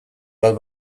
bat